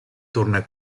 torna